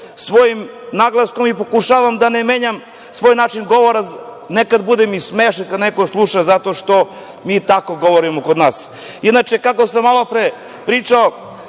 svojim naglaskom i pokušavam da ne menjam svoj način govora. Nekada budem i smešan, kada neko sluša, zato što mi tako govorimo kod nas. Inače, kako sam malo pre pričao,